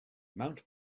mount